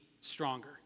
stronger